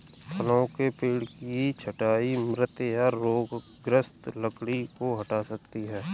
फलों के पेड़ की छंटाई मृत या रोगग्रस्त लकड़ी को हटा सकती है